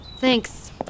Thanks